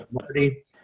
Marty